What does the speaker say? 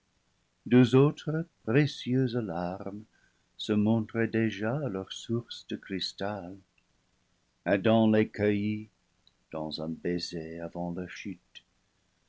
deux autres précieuses larmes se montraient déjà à leur source de cristal adam les cueillit dans un baiser avant leur chute